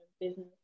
business